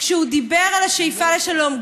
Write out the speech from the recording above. כשהוא דיבר על השאיפה לשלום,